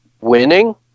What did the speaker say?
winning